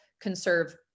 conserve